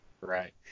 right